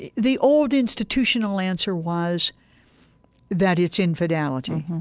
the the old institutional answer was that it's infidelity.